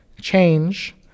change